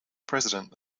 president